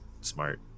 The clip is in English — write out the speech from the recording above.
smart